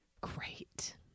Great